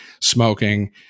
smoking